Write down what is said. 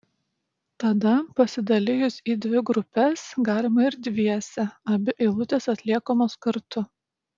tada pasidalijus į dvi grupes galima ir dviese abi eilutės atliekamos kartu